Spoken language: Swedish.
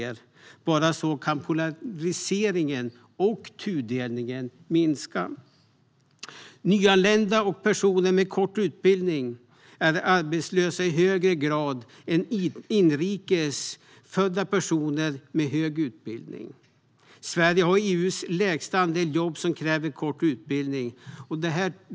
Det är bara på det sättet som polariseringen och tudelningen kan minska. Nyanlända och personer med kort utbildning är arbetslösa i högre grad än inrikes födda och personer med hög utbildning. Sverige har EU:s minsta andel jobb som kräver kort utbildning.